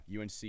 UNC